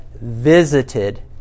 visited